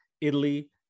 Italy